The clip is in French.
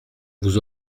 vous